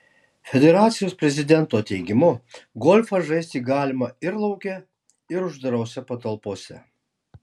federacijos prezidento teigimu golfą žaisti galima ir lauke ir uždarose patalpose